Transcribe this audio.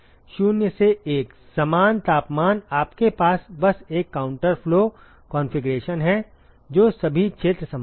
0 से 1 समान तापमान आपके पास बस एक काउंटर फ्लो कॉन्फ़िगरेशन है जो सभी क्षेत्र समान है